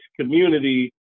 community